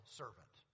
servant